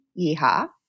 Yeehaw